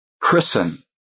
christen